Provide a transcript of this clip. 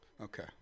Okay